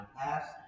pass